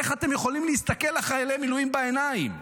איך אתם יכולים להסתכל לחיילי מילואים בעיניים?